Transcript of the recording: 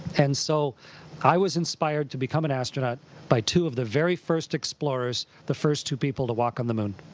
and so i was inspired to become an astronaut by two of the very first explorers, the first two people to walk on the moon.